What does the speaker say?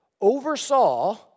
oversaw